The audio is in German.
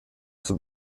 zum